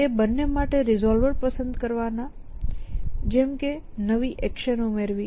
તે બંને માટે રિસોલ્વર પસંદ કરવાના જેમ કે નવી એક્શન ઉમેરવી